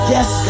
Yes